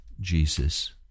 Jesus